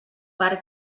per